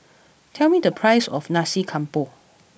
tell me the price of Nasi Campur